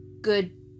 good